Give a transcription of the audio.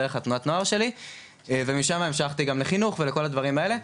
דרך תנועת הנוער שלי ומשמה המשכתי גם לחינוך ולכל הדברים האלה,